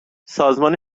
سازمان